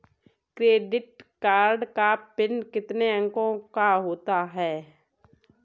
Credit card का PIN कितने अंकों का होता है?